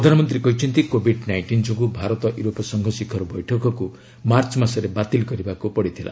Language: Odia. ପ୍ରଧାନମନ୍ତ୍ରୀ କହିଛନ୍ତି କୋଭିଡ୍ ନାଇଷ୍ଟିନ୍ ଯୋଗୁଁ ଭାରତ ୟୁରୋପୀୟ ସଂଘ ଶିଖର ବୈଠକକୁ ମାର୍ଚ୍ଚ ମାସରେ ବାତିଲ କରିବାକୁ ପଡ଼ିଥିଲା